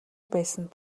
байсан